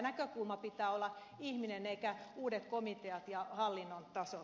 näkökulman pitää olla ihminen eikä uudet komiteat ja hallinnon tasot